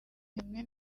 rimwe